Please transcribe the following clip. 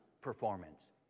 performance